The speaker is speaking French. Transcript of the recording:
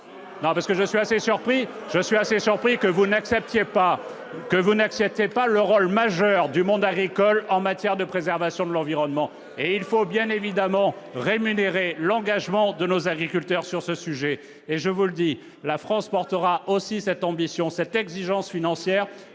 ? Je suis assez surpris que vous n'admettiez pas le rôle majeur du monde agricole en matière de préservation de l'environnement ; or il faut bien évidemment rémunérer l'engagement de nos agriculteurs à ce sujet. Aussi, je vous le dis, la France portera cette ambition, cette exigence financière,